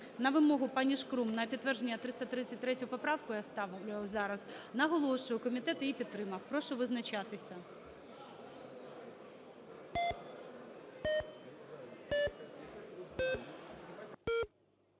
на вимогу паніШкрум на підтвердження 333 поправку я ставлю зараз. Наголошую, комітет її підтримав. Прошу визначатися.